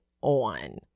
on